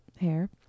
hair